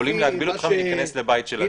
יכולים להגביל אותך מלהיכנס לבית של אדם.